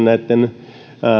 näitten